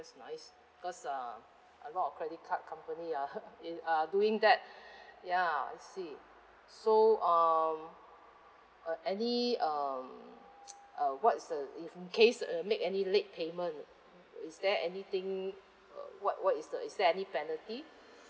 that's nice cause uh a lot of credit card company ah are doing that ya I see so um uh any um uh what is a if in case uh make any late payment is there anything uh what what is the is there any penalty